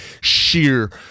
sheer